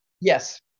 Yes